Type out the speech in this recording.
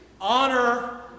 Honor